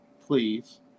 please